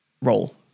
role